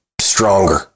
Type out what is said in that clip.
stronger